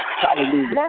Hallelujah